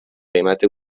قیمت